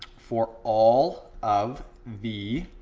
for all of the